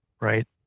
right